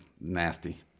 nasty